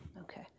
Okay